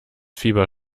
fieber